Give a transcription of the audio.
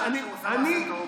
אולי הוא חושב שהוא עשה מעשה טוב?